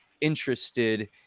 interested